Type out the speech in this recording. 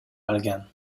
алган